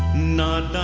not